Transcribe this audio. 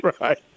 Right